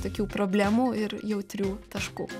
tokių problemų ir jautrių taškų